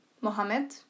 Mohammed